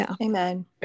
Amen